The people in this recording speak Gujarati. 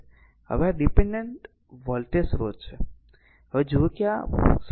હવે આ ડીપેનડેન્ટ વોલ્ટેજ સ્રોત છે હવે જુઓ કે આ 0